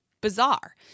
bizarre